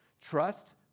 Trust